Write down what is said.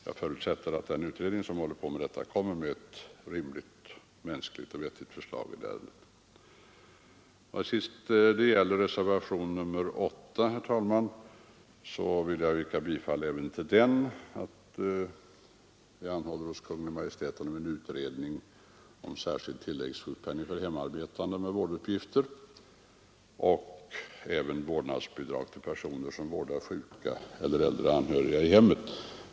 Jag förutsätter att utredningen i fråga lägger fram ett mänskligt och vettigt förslag på denna punkt. Till sist vill jag yrka bifall till reservationen 8, vari föreslås att riksdagen hos Kungl. Maj:t anhåller om utredning angående dels en särskild tilläggssjukpenning för hemarbetande med vårduppgifter enligt de i motionen angivna riktlinjerna, dels vårdnadsbidrag till personer som vårdar sjuka och/eller äldre anhöriga i hemmet.